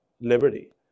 liberty